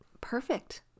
Perfect